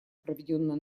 проведенное